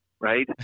right